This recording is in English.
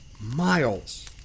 Miles